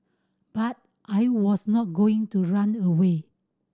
but I was not going to run away